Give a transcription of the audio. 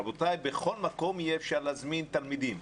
רבותיי, בכל מקום יהיה אפשר להזמין תלמידים.